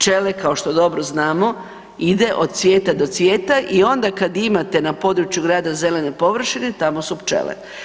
Pčele kao što dobro znamo ide od cvijeta do cvijeta i onda kad imate na području grada zelene površine tamo su pčele.